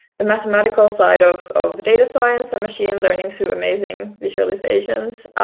the mathematical side of of data science and machine learning through amazing visualisations.